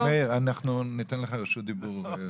רבי מאיר, אנחנו ניתן לך רשות דיבור.